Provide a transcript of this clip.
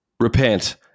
Repent